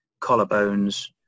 collarbones